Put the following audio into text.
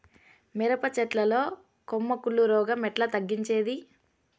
మిరప చెట్ల లో కొమ్మ కుళ్ళు రోగం ఎట్లా తగ్గించేది?